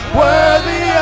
worthy